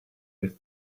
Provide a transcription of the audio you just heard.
with